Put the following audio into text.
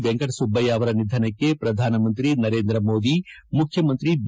ವೆಂಕಟಸುಬ್ಬಯ್ತ ಅವರ ನಿಧನಕ್ಕೆ ಪ್ರಧಾನಮಂತ್ರಿ ನರೇಂದ್ರ ಮೋದಿ ಮುಖ್ಯಮಂತ್ರಿ ಬಿ